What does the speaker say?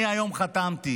שאני היום חתמתי,